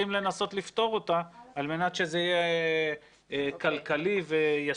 לנסות לפתור אותה על מנת שזה יהיה כלכלי וישים.